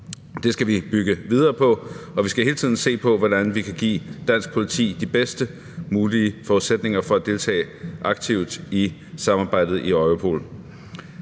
Det skal vi bygge videre på, og vi skal hele tiden se på, hvordan vi kan give dansk politi de bedst mulige forudsætninger for at deltage aktivt i samarbejdet i Europol.